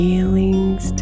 Feelings